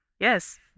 Yes